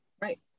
right